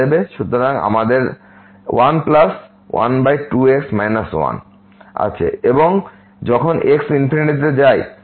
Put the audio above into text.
সুতরাং আমাদের 112x 1 আছে এবং যখন x যায় তে